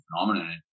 phenomenon